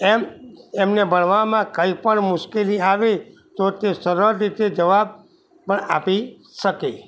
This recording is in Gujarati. એમ એમને ભણવામાં કંઈ પણ મુશ્કેલી આવે તો તે સરળ રીતે જવાબ પણ આપી શકે